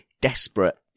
desperate